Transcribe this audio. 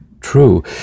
true